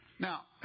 Now